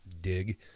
Dig